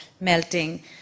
melting